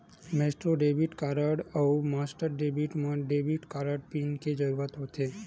Maestro debit card अउ master debit म debit card pin के जरूरत होथे